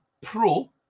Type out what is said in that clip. pro